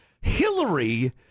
Hillary